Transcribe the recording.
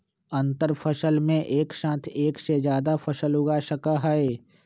अंतरफसल में एक साथ एक से जादा फसल उगा सका हई